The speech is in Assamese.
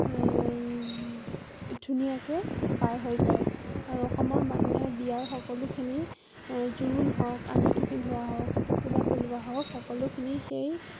ধুনীয়াকৈ পাৰ হৈ যায় আৰু অসমৰ মানুহে বিয়াৰ সকলোখিনি জোৰোণ হওঁক আঙঠি পিন্ধোৱা হওঁক টোপোলা পেলোৱা হওঁক সকলোখিনি সেই